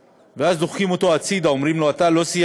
אבל זה לא בידיים